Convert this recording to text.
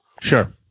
Sure